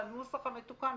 שהנוסח המתוקן,